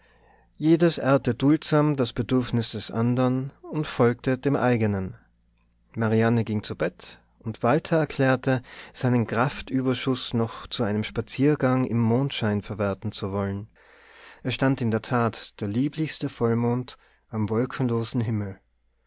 jedes ehrte duldsam das bedürfnis des andern und folgte dem eigenen marianne ging zu bett und walter erklärte seinen kraftüberschuß noch zu einem spaziergang im mondschein verwerten zu wollen es stand in der tat der lieblichste vollmond am wolkenlosen himmel